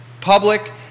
public